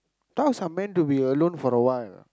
dogs are meant to be alone for a while